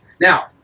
Now